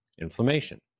inflammation